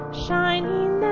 shining